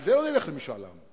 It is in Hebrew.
על זה לא נלך למשאל עם.